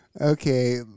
Okay